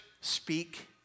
speak